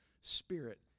spirit